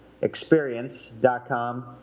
experience.com